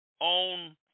own